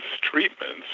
treatments